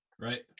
Right